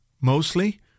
mostly